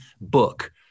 book